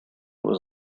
was